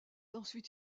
ensuite